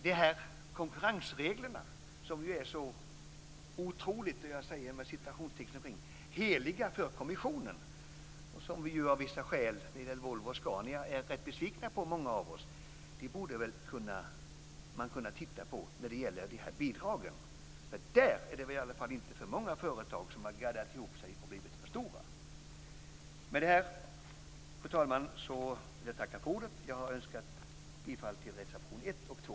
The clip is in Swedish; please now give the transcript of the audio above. Dessa konkurrensregler, som är så otroligt "heliga" för kommissionen och som många av oss är rätt besvikna på av vissa skäl - det gäller Volvo och Scania - borde man kunna titta på i samband med bidragen. Där är det i alla fall inte för många företag som har gaddat ihop sig och blivit för stora. Med detta, fru talman, vill jag tacka för ordet. Jag har yrkat bifall till reservation 1 och 2.